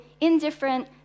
indifferent